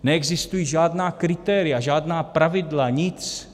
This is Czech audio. Neexistují žádná kritéria, žádná pravidla, nic.